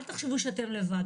אל תחשבו שאתם לבד,